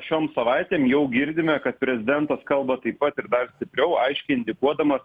šiom savaitėm jau girdime kad prezidentas kalba taip pat ir dar stipriau aiškiai indikuodamas